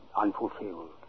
Unfulfilled